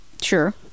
Sure